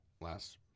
last